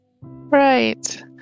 Right